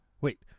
Wait